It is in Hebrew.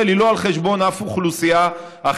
היא לא על חשבון אף אוכלוסייה אחרת,